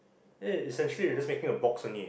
ah it is actually just making a box only